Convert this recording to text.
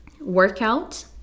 Workout